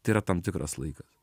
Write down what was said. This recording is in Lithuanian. tai yra tam tikras laikas